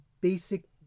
basic